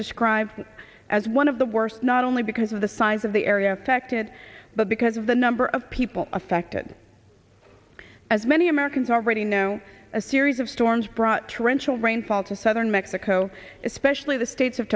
described as one of the worst not only because of the size of the area affected but because of the number of people affected as many americans already know a series of storms brought torrential rainfall to southern mexico especially the states